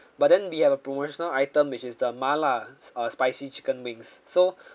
but then we have a promotional item which is the mala uh spicy chicken wings so